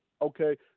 Okay